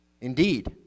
indeed